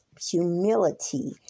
humility